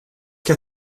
che